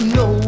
no